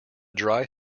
dry